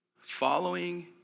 Following